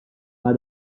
pas